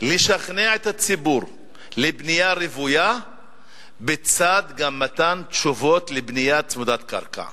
לשכנע את הציבור לבנייה רוויה בצד מתן תשובות גם לבנייה צמודת קרקע.